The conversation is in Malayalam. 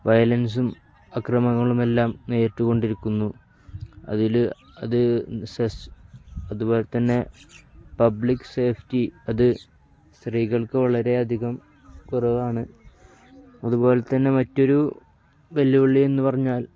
വയലൻസും അക്രമങ്ങളുമെല്ലാം നേരിട്ടുകൊണ്ടിരിക്കുന്നു അതിൽ അത് അതുപോലെത്തന്നെ പബ്ലിക് സേഫ്റ്റി അത് സ്ത്രീകൾക്ക് വളരെയധികം കുറവാണ് അതുപോലെത്തന്നെ മറ്റൊരു വെല്ലുവിളി എന്ന് പറഞ്ഞാൽ